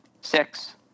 Six